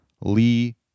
Lee